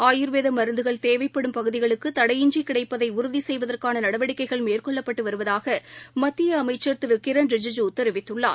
ஆயுர்வேதமருந்துகள் தேவைப்படும் பகுதிகளுக்குதடையின்றிகிடைப்பதைஉறுதிசெய்வதற்கானநடவடிக்கைகள் மேற்கொள்ளப்பட்டுவருவதாகமத்தியஅமைச்சர் திருகிரண் ரிஜிஜா தெரிவித்துள்ளார்